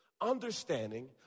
understanding